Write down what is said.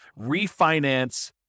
refinance